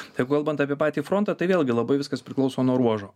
jeigu kalbant apie patį frontą tai vėlgi labai viskas priklauso nuo ruožo